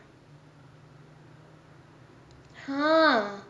!huh!